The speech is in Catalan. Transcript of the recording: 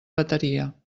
bateria